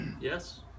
Yes